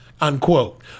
unquote